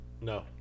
No